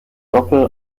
doppel